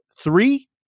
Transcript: three